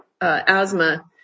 asthma